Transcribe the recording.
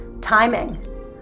timing